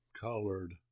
colored